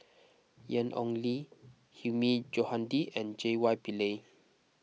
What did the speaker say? Ian Ong Li Hilmi Johandi and J Y Pillay